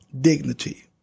dignity